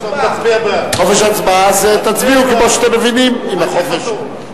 חופש הצבעה, אז תצביעו כמו שאתם מבינים, אם חופש.